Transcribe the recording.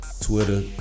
Twitter